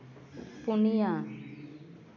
ᱯᱩᱱᱭᱟᱹ